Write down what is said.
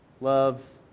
loves